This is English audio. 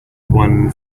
one